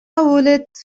ولدت